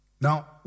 Now